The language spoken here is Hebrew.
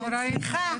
סליחה.